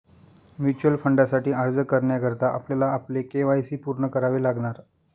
mutual फंडासाठी अर्ज करण्याकरता आपल्याला आपले के.वाय.सी पूर्ण करावे लागणार